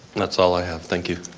that's all i have, thank you.